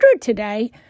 today